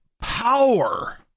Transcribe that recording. power